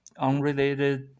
unrelated